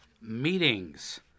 Meetings